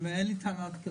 אין לי טענות.